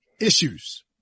issues